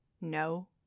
no